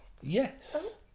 Yes